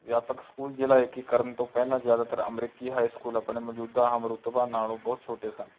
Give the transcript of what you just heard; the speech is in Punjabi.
ਵਿਆਪਕ ਸਕੂਲ ਜ਼ਿਲ੍ਹਾ ਏਕੀਕਰਨ ਤੋਂ ਪਹਿਲਾਂ ਜ਼ਿਆਦਾਤਰ ਅਮਰੀਕੀ ਹਾਈ ਸਕੂਲ ਆਪਣੇ ਮੌਜੂਦਾ ਹਮਰੁਤਬਾ ਨਾਲੋਂ ਬਹੁਤ ਛੋਟੇ ਸਨ